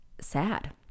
sad